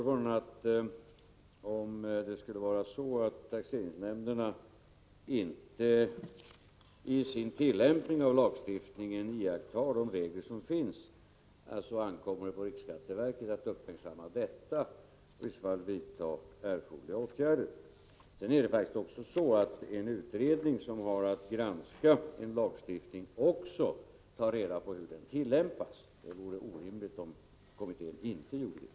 Fru talman! Om taxeringsnämnderna i sin tillämpning av lagstiftningen inte iakttar de regler som finns, ankommer det på riksskatteverket att uppmärksamma detta och i så fall vidta erforderliga åtgärder. En utredning som har att granska en lagstiftning tar faktiskt också reda på hur denna lagstiftning tillämpas. Det vore orimligt om i detta fall företagsskattekommittén inte gjorde det.